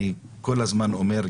אני כל הזמן אומר,